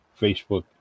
Facebook